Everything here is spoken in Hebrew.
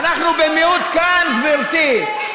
אנחנו במיעוט כאן, גברתי.